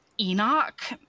Enoch